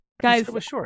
Guys